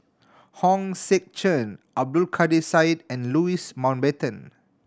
Hong Sek Chern Abdul Kadir Syed and Louis Mountbatten